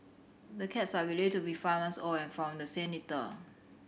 the cats are believed to be five months old and from the same litter